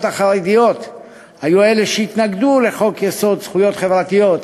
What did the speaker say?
החרדיות התנגדו לחוק-יסוד: זכויות חברתיות,